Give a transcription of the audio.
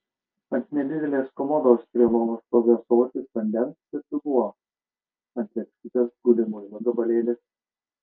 ant nedidelės komodos prie lovos stovi ąsotis vandens ir dubuo ant lėkštutės guli muilo gabalėlis